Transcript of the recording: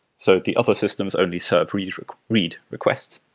so the other systems only serve read read requests.